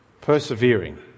persevering